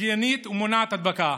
היגיינית ומונעת הדבקה.